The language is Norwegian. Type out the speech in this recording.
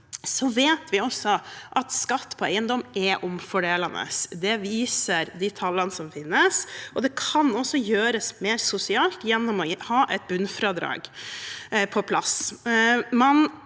Vi vet også at skatt på eiendom er omfordelende. Det viser de tallene som finnes. Det kan også gjøres mer sosialt gjennom å ha et bunnfradrag på plass.